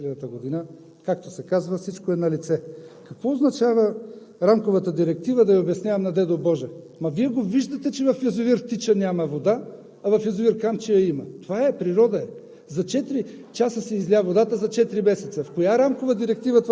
Аз както чух, Вие сте направили всичко, то не е останало за нас след 2000-та година. Както се казва: всичко е налице. Какво означава Рамковата директива да я обяснявам на дядо Боже?! Ама Вие виждате, че в язовир „Тича“ няма вода, а в язовир „Камчия“ има. Това е природа.